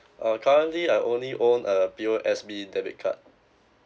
uh currently I only own a P_O_S_B debit card